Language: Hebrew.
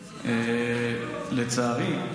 לצערי,